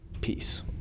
peace